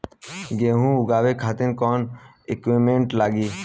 गेहूं उगावे खातिर कौन कौन इक्विप्मेंट्स लागी?